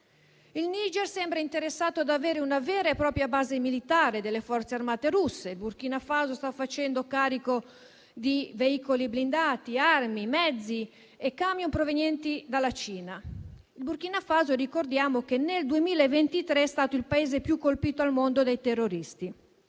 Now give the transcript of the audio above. Il Niger sembra interessato ad avere una vera e propria base militare delle forze armate russe, il Burkina Faso sta facendo carico di veicoli blindati, armi, mezzi e camion provenienti dalla Cina. Ricordiamo che il Burkina Faso nel 2023 è stato il Paese più colpito al mondo dai terroristi.